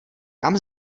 kam